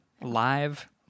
live